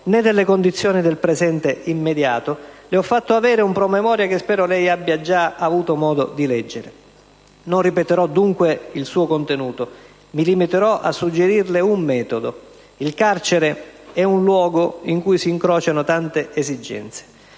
né delle condizioni del presente immediato, le ho fatto avere un promemoria, che spero lei abbia già avuto modo di leggere. Non ripeterò, dunque, il suo contenuto. Mi limiterò a suggerirle un metodo. Il carcere è un luogo in cui si incrociano tante esigenze,